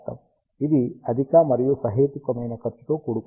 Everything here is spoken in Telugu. ఇది అధిక మరియు సహేతుకమైన ఖర్చు తో కూడుకున్నది